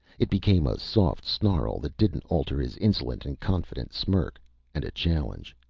it became a soft snarl that didn't alter his insolent and confident smirk and a challenge.